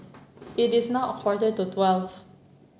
it is now quarter to twelve